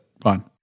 fine